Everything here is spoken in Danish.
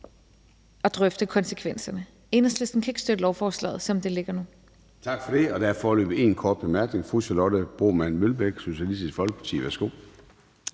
at drøfte konsekvenserne. Enhedslisten kan ikke støtte lovforslaget, som det ligger nu. Kl. 00:04 Formanden (Søren Gade): Tak for det. Der er foreløbig én kort bemærkning. Fru Charlotte Broman Mølbæk, Socialistisk Folkeparti. Værsgo.